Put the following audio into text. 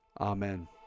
Amen